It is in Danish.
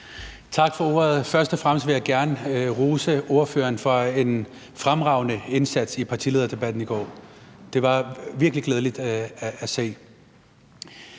Tak for ordet. Først og fremmest vil jeg gerne rose ordføreren for en fremragende indsats i partilederdebatten i går. Det var virkelig glædeligt at se.